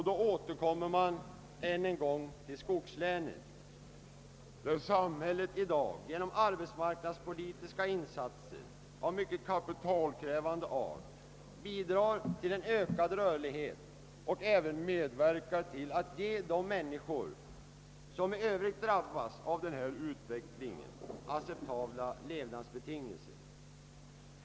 Då återkommer man än en gång till skogslänen där samhället i dag genom arbetsmarknadspolitiska insatser av mycket kapitalkrävande natur bidrar till en ökad rörlighet och även medverkar till att ge de människor, som i övrigt drabbas av denna utveckling, acceptabla levnadsbetingelser.